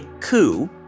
coup